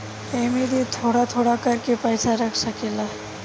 एमे तु थोड़ा थोड़ा कर के पईसा रख सकेल